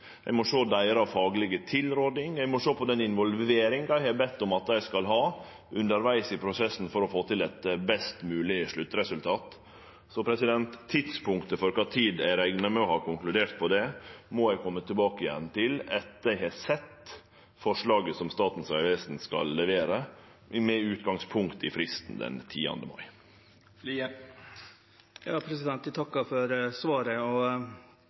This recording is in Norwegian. eg må sjå deira faglege tilråding, og eg må sjå på den involveringa eg har bedt om at dei skal ha undervegs i prosessen for å få til eit best mogleg sluttresultat. Så tidspunktet for kva tid eg reknar med å ha konkludert på det, må eg kome tilbake til etter at eg har sett forslaget som Statens vegvesen skal levere, med utgangspunkt i fristen den 10. mai. Eg takkar for svaret. Eg er likevel litt undrande til prosessen og